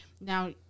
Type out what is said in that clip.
now